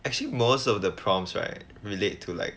actually most of the problems right relate to like